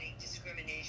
discrimination